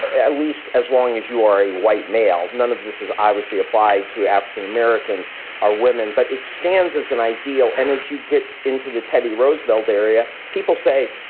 at least as long as you are a white male. none of this is obviously applied to african-americans are women, but it stands as an ideal. and if you get into the teddy roosevelt area, people say,